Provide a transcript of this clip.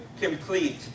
complete